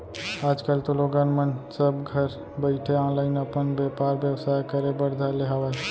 आज कल तो लोगन मन सब घरे बइठे ऑनलाईन अपन बेपार बेवसाय करे बर धर ले हावय